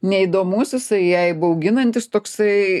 neįdomus jisai jai bauginantis toksai